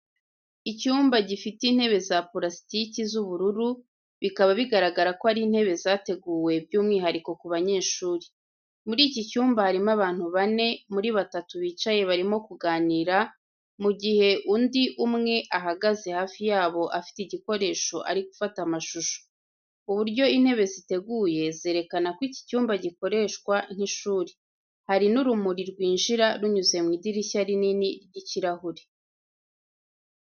Icyumba gifite intebe za purasitiki z'ubururu, bikaba bigaragara ko ari intebe zateguwe by’umwihariko ku banyeshuri. Muri iki cyumba harimo abantu bane, muri batatu bicaye barimo kuganira, mu gihe undi umwe ahagaze hafi yabo afite igikoresho ari gufata amashusho. Uburyo intebe ziteguye zerekana ko iki cyumba gikoreshwa nk’ishuri. Hari n’urumuri rwinjira runyuze mu idirishya rinini ry’ikirahure.